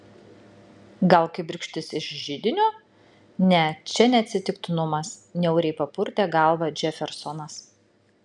gal kibirkštis iš židinio ne čia ne atsitiktinumas niauriai papurtė galvą džefersonas